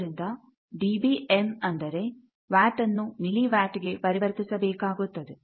ಅದರಿಂದ ಡಿಬಿಎಮ್ ಅಂದರೆ ವ್ಯಾಟ್ ಅನ್ನು ಮಿಲಿ ವ್ಯಾಟ್ಗೆ ಪರಿವರ್ತಿಸಬೇಕಾಗುತ್ತದೆ